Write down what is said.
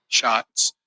shots